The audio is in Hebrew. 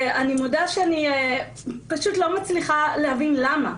אני מודה שאני פשוט לא מצליחה להבין למה.